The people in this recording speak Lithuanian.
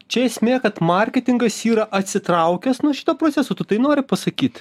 čia esmė kad marketingas yra atsitraukęs nuo šito pusės o tu tai nori pasakyti